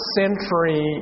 century